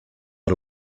out